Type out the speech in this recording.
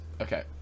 Okay